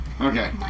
Okay